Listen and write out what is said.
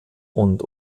und